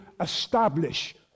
establish